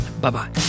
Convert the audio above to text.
Bye-bye